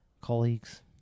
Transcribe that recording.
colleagues